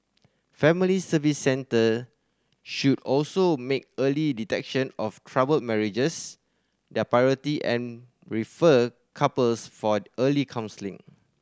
Family Service Centre should also make early detection of troubled marriages their priority and refer couples for early counselling